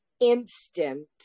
instant